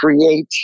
create